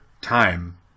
time